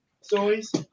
stories